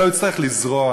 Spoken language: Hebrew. אלא הוא יצטרך לזרוע,